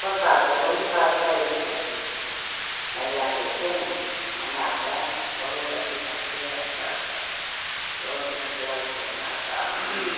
कोन काज करबै वएह काज करै छिए एहि लैके जे छै ने हमरा आओरके बहुत अथी भए गेलैए सर बहुत नाचि रहल छिए हमरा आओरके आब